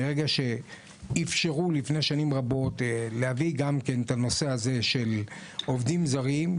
מרגע שאפשרו לפני שנים רבות להביא גם כן את הנושא הזה של עובדים זרים,